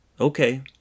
Okay